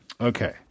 Okay